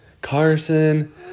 Carson